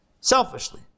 selfishly